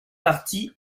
partie